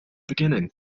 beginning